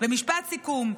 משפט סיכום,